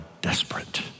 desperate